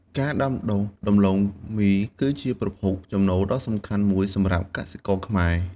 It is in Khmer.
ការដាំដុះដំឡូងមីគឺជាប្រភពចំណូលដ៏សំខាន់មួយសម្រាប់កសិករខ្មែរ។